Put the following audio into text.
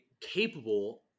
capable